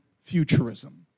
futurism